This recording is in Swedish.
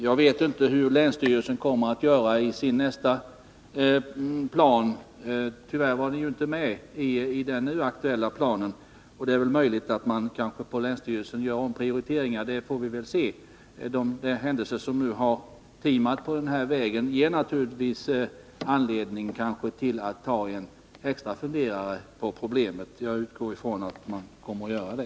Jag vet inte hur länsstyrelsen kommer att göra i fråga om den här vägen i sin nästa plan — tyvärr var den ju inte med i den nu aktuella planen. Det är möjligt att man på länsstyrelsen gör omprioriteringar. De händelser som nu har timat på denna väg ger naturligtvis anledning att ta en extra funderare på problemet, och jag utgår från att man kommer att göra det.